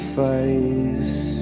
face